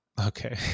Okay